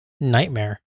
nightmare